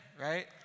right